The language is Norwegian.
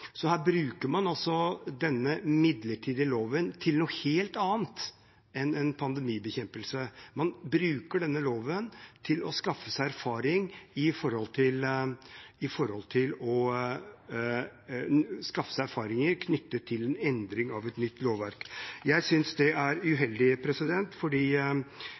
Så her bruker man altså denne midlertidige loven til noe helt annet enn en pandemibekjempelse; man bruker denne loven til å skaffe seg erfaringer knyttet til en endring av et nytt lovverk. Jeg synes det er uheldig,